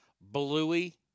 Bluey